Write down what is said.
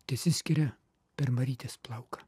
tesiskiria per marytės plauką